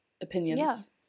opinions